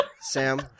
Sam